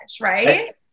right